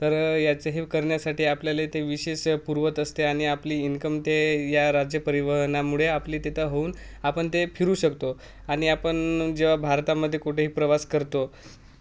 तर याचं हे करण्यासाठी आपल्याले ते विशेष पुूरवत असते आणि आपली इन्कम ते या राज्य परिवहनामुळे आपली तिथं होऊन आपण ते फिरू शकतो आणि आपन जेव्हा भारतामध्ये कुठेही प्रवास करतो